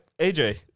AJ